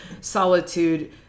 solitude